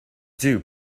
dew